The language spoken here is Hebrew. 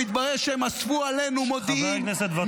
והתברר שהם אספו עלינו מודיעין -- חבר הכנסת ואטורי.